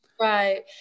Right